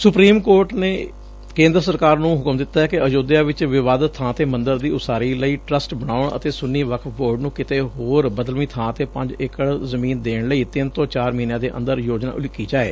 supreme court ਨੇ ਕੇਂਦਰ ਸਰਕਾਰ ਨੂੰ ਹੁਕਮ ਦਿੱਤੈ ਕਿ ਅਯੁੱਧਿਆ ਚ ਵਿਵਾਦਤ ਥਾਂ ਤੇ ਮੰਦਰ ਦੀ ਉਸਾਰੀ ਲਈ ਟਰੱਸਟ ਬਣਾਉਣ ਅਤੇ ਸੂੰਨੀ ਵਕਫ਼ ਬੋਰਡ ਨੂੰ ਕਿਤੇ ਹੋਰ ਬਦਲਵੀਂ ਬਾਂ ਤੇ ਪੰਜ ਏਕੜ ਜ਼ਮੀਨ ਦੇਣ ਲਈ ਤਿੰਨ ਤੋਂ ਚਾਰ ਮਹੀਨਿਆਂ ਦੇ ਅੰਦਰ ਯੋਜਨਾ ਉਲੀਕੀ ਜਾਵੇ